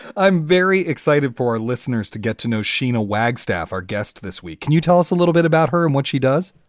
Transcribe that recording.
i'm very excited for listeners to get to know sheena wagstaff. our guest this week. can you tell us a little bit about her and what she does?